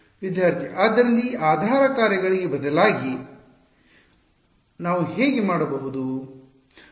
ವಿದ್ಯಾರ್ಥಿ ಆದ್ದರಿಂದ ಈ ಆಧಾರ ಕಾರ್ಯಗಳಿಗೆ ಬದಲಾಗಿ ವಿದ್ಯಾರ್ಥಿ ಆದ್ದರಿಂದ ನಾವು ಹೇಗೆ ಮಾಡಬಹುದು ಸಮಯ 1138 ನೋಡಿ